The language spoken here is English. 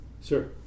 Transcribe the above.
Sir